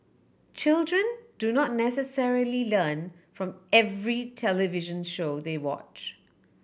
children do not necessarily learn from every television show they watch